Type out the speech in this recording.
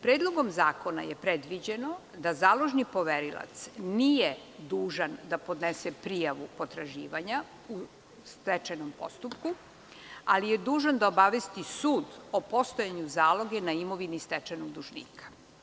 Predlogom zakona je predviđeno da založni poverilac nije dužan da podnese prijavu potraživanja stečajnom postupku, ali je dužan da obavesti sud o postojanju zaloge na imovini stečajnog dužnika.